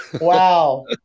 Wow